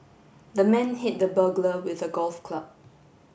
the man hit the burglar with a golf club